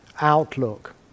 outlook